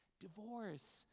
divorce